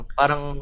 parang